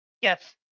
Yes